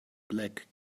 black